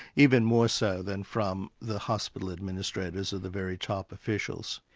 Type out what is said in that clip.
even more so than from the hospital administrators or the very top officials.